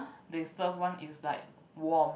they served one is like warm